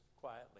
quietly